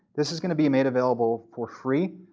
this is going to be made available for free